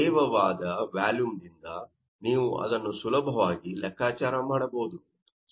ತೇವವಾದ volume ದಿಂದ ನೀವು ಅದನ್ನು ಸುಲಭವಾಗಿ ಲೆಕ್ಕಾಚಾರ ಮಾಡಬಹುದು